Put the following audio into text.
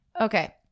Okay